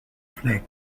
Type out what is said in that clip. flag